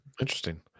Interesting